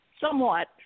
somewhat